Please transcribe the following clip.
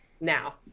Now